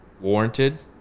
warranted